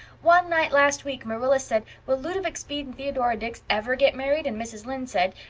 one night last week marilla said will ludovic speed and theodora dix ever get married? and mrs. lynde said,